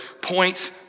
points